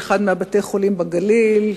באחד מבתי-החולים בגליל,